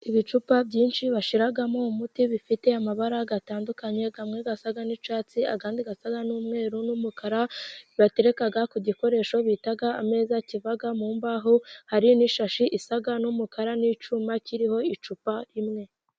Ibicupa byinshi bashiramo umuti, bifite amabara atandukanye amwe asa n'icyatsi, andi asa n'umweru, n'umukara, batereka ku gikoresho bita ameza, kiva mu mbaho. Hari n'ishashi isa n'umukara, n'icyuma kiriho icupa rimwe.